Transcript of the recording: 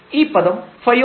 ഈ പദം ɸ ആവും